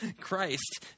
Christ